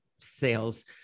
sales